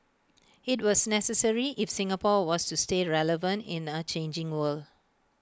IT was necessary if Singapore was to stay relevant in A changing world